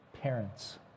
parents